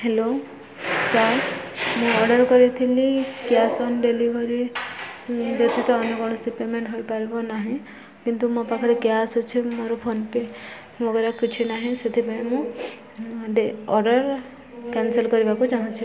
hello sir ମୁଁ order କରିଥିଲି cash on delivery ବ୍ୟତୀତ ଅନ୍ୟ କୌଣସି ପେମେଣ୍ଟ ହୋଇପାରିବ ନାହିଁ କିନ୍ତୁ ମୋ ପାଖରେ କ୍ୟାସ୍ ଅଛି ମୋର ଫୋନ୍ପେ ମଗରା କିଛି ନାହିଁ ସେଥିପାଇଁ ମୁଁ ଡେ ଅର୍ଡ଼ର୍ କ୍ୟାନସଲ୍ କରିବାକୁ ଚାହୁଁଛିି